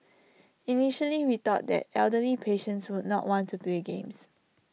initially we thought that elderly patients would not want to play games